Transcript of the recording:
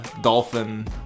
Dolphin